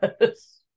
Yes